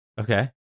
Okay